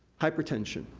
hypertension,